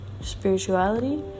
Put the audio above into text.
spirituality